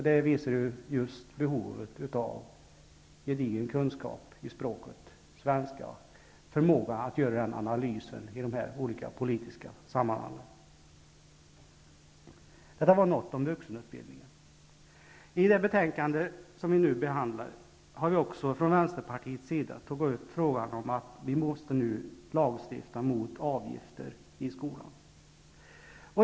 Det visar behovet av gedigna kunskaper i språket svenska, av förmåga att göra en analys i de olika politiska sammanhangen. Detta var något om vuxenutbildningen. I det betänkande som vi nu behandlar har vi från Vänsterpartiets sida tagit upp frågan om att man nu måste lagstifta mot avgifter i skolan.